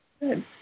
Good